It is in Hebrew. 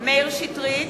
מאיר שטרית,